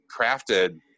crafted